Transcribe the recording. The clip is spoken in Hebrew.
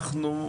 אנחנו,